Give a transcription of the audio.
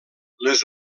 les